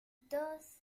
dos